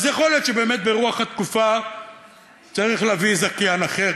אז יכול להיות שבאמת ברוח התקופה צריך להביא זכיין אחר,